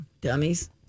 Dummies